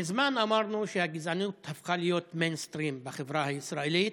מזמן אמרנו שהגזענות הפכה להיות מיינסטרים בחברה הישראלית.